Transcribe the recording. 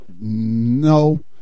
No